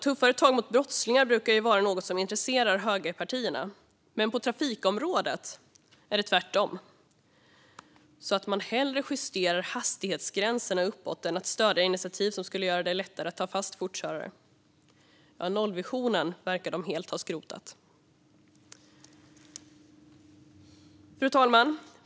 Tuffare tag mot brottslingar brukar vara något som intresserar högerpartierna, men på trafikområdet är det tvärtom så att man hellre justerar hastighetsgränserna uppåt än stöder initiativ som skulle göra det lättare att ta fast fortkörare. Nollvisionen verkar de helt ha skrotat. Fru talman!